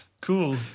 Cool